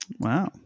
wow